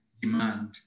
demand